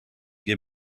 give